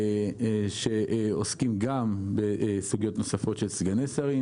שעוסקים גם בסוגיות נוספות של סגני-שרים.